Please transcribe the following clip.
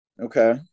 Okay